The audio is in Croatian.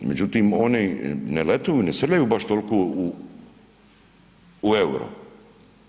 Međutim, oni ne letu, ne srljaju baš toliko u EUR-o.